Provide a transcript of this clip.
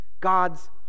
god's